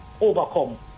overcome